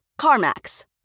CarMax